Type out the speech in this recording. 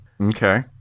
Okay